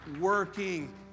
working